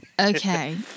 Okay